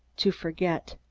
to forget.